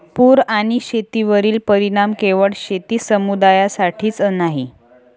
पूर आणि शेतीवरील परिणाम केवळ शेती समुदायासाठीच नाही